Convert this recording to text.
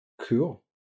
Cool